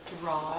draw